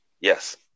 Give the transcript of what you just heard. Yes